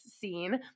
scene